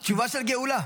זה --- תשובה של גאולה.